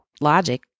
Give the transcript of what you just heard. logic